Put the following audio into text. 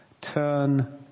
turn